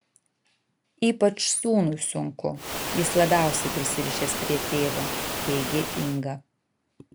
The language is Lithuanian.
ypač sūnui sunku jis labiausiai prisirišęs prie tėvo teigė inga